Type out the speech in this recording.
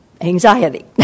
anxiety